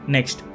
Next